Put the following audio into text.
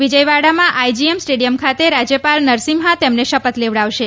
વિજયવાડામાં IGM stadium ખાતે રાજયપાલ નરસિંહમ તેમને શપથ લેવડાવશે